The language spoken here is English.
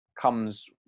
comes